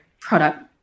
product